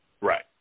Right